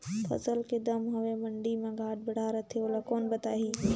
फसल के दम हवे मंडी मा घाट बढ़ा रथे ओला कोन बताही?